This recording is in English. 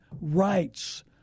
rights